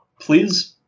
please